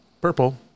Purple